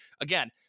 Again